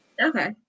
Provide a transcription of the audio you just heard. Okay